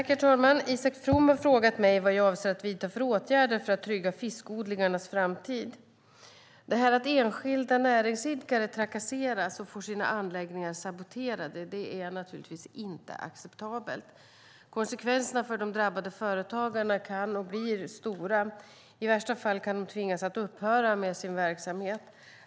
Herr talman! Isak From har frågat mig vad jag avser att vidta för åtgärder för att trygga fiskodlingarnas framtid. Att enskilda näringsidkare trakasseras och får sina anläggningar saboterade är inte acceptabelt. Konsekvenserna för de drabbade företagarna kan bli stora. I värsta fall kan de tvingas att upphöra med sin verksamhet.